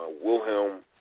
Wilhelm